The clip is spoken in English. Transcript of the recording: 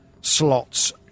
slots